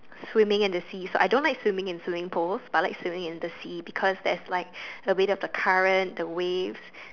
swimming in the seas I don't like swimming in swimming pools but I like swimming in the sea because the weight of the current the waves